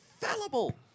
fallible